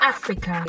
Africa